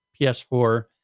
PS4